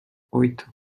oito